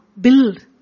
build